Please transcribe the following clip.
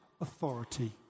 authority